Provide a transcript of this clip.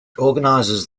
organizes